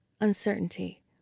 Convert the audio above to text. uncertainty